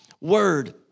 word